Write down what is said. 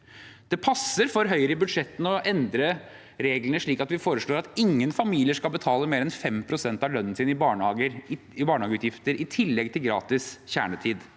Det passer for Høyre i budsjettene å foreslå å endre reglene slik at ingen familier skal betale mer enn 5 pst. av lønnen sin i barnehageutgifter, i tillegg til gratis kjernetid.